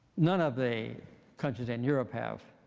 none of the countries in europe have